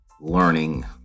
learning